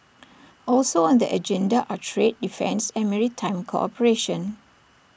also on the agenda are trade defence and maritime cooperation